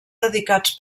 dedicats